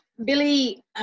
Billy